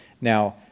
Now